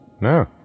No